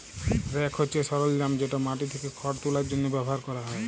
rake হছে সরলজাম যেট মাটি থ্যাকে খড় তুলার জ্যনহে ব্যাভার ক্যরা হ্যয়